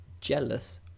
jealous